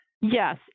Yes